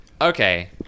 Okay